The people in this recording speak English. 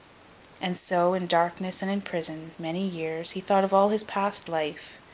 and so, in darkness and in prison, many years, he thought of all his past life,